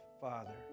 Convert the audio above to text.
Father